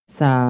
sa